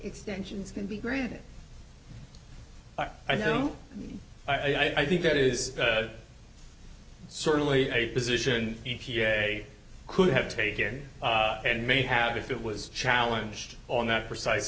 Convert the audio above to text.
extensions can be granted i know i think that is certainly a position e p a could have taken and may have if it was challenge on that precise